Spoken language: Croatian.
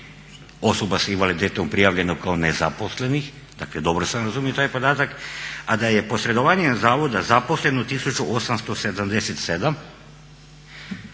osoba sa invaliditetom prijavljeno kao nezaposlenih. Dakle, dobro sam razumio taj podatak, a da je posredovanjem zavoda zaposleno 1877.